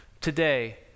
today